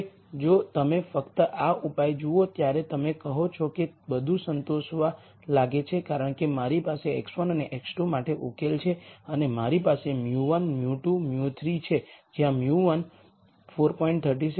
હવે જો તમે ફક્ત આ ઉપાય જુઓ ત્યારે તમે કહો છો કે તે બધું સંતોષવા લાગે છે કારણ કે મારી પાસે x1 અને x2 માટે ઉકેલ છે અને મારી પાસે μ1 μ2 μ3 છે જ્યાં μ1 4